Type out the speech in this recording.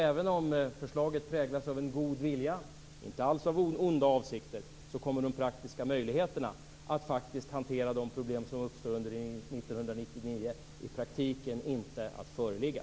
Även om förslaget präglas av en god vilja, och inte alls av onda avsikter, kommer möjligheterna att faktiskt hantera de problem som uppstår under 1999 i praktiken inte att föreligga.